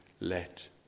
let